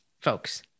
folks